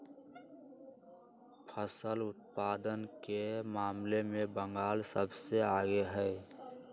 फसल उत्पादन के मामले में बंगाल सबसे आगे हई